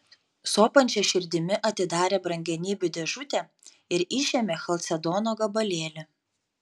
sopančia širdimi atidarė brangenybių dėžutę ir išėmė chalcedono gabalėlį